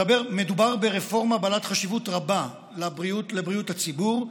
מדובר ברפורמה בעלת חשיבות רבה לבריאות הציבור,